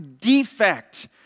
defect